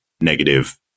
negative